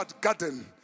garden